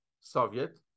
Soviet